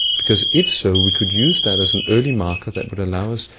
because if so, we could use that as an early marker that would allow us,